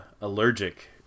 Allergic